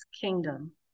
kingdom